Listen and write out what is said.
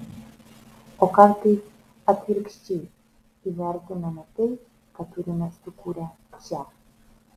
o kartais atvirkščiai įvertiname tai ką turime sukūrę čia